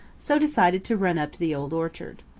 so decided to run up to the old orchard.